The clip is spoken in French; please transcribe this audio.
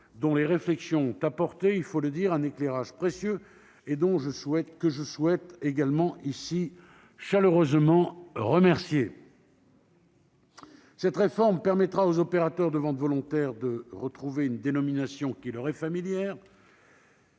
dont les réflexions ont apporté un éclairage précieux et que je souhaite également remercier chaleureusement. Cette réforme permettra aux opérateurs de ventes volontaires de retrouver une dénomination qui leur est familière